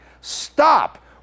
Stop